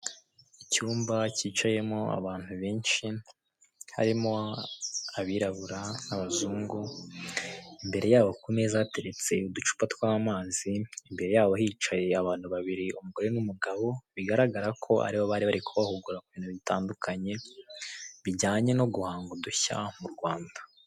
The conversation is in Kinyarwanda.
Icyumba cyicayemo abantu benshi harimo abirabura n'abazungu, imbere yabo ku meza hateretse uducupa tw'amazi, imbere yabo hicaye abantu babiri, umugore n'umugabo. Bigaragara ko ari bo bari bari kubahugura ku bintu bitandukanye, bijyanye no guhanga udushya mu Rwanda.